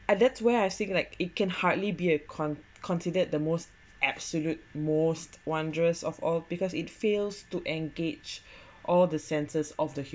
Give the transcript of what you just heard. and that's where I still like it can hardly be a con~ considered the most absolute most wanderers of all because it feels to engage all the senses of the